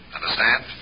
Understand